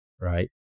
right